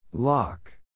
Lock